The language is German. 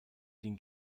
den